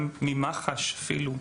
גם ממח"ש אפילו.